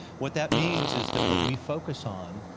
what that means is that what we focus on,